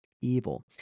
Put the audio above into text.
evil